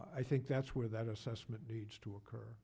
i think that's where that assessment needs to occur